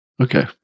Okay